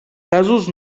casos